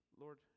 lord